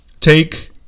take